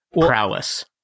Prowess